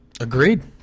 Agreed